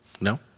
no